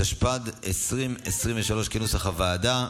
התשפ"ד 2023, כנוסח הוועדה.